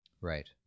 Right